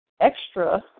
extra